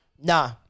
Nah